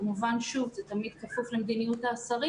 כמובן, שוב, זה תמיד כפוף למדיניות השרים.